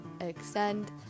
extend